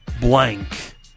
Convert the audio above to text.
Blank